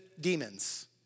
demons